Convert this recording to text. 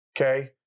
Okay